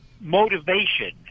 motivation